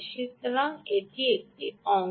ঠিক আছে এটি একটি অংশ